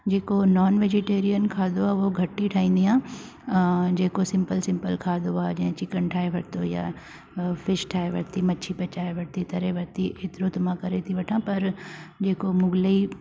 जेको non vegetarian खाधो आहे उहा घटि ई ठाहींदी आहियां जेको सिंपल सिंपल खाधो आहे जीअं चिकन ठाहे वरितो या फिश ठाहे वरती मच्छी पचाए वरती तरे वरती एतिरो त मां करे थी वठा पर जेको मुगलई